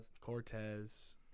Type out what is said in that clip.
Cortez